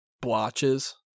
blotches